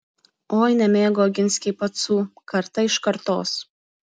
oi nemėgo oginskiai pacų karta iš kartos